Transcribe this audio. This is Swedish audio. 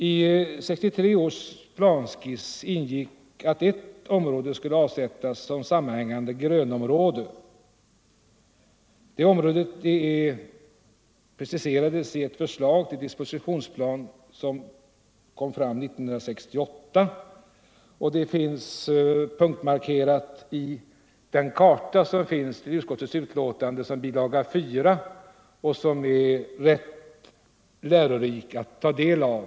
I 1963 års planskiss ingick att ett område skulle avsättas såsom sammanhängande grönområde. Det området preciserades i ett förslag till dispositionsplan som gjordes upp 1968. Området är punktmarkerat på den karta som finns fogad till utskottsbetänkandet såsom bilaga 4 och som är rätt lärorik att ta del av.